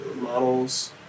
models